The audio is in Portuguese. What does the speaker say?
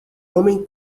homem